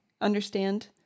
understand